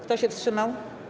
Kto się wstrzymał?